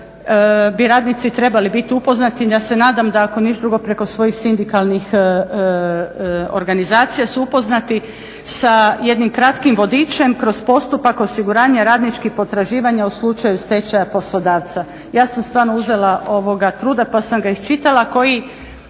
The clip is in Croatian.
bi radnici trebali biti upoznati. Ja se nadam da ako ništa drugo preko svojih sindikalnih organizacija su upoznati sa jednim kratkim vodičem kroz postupak osiguranja radničkih potraživanja u slučaju stečaja poslodavca. Ja sam si stvarno uzela truda pa sam ga iščitala, taj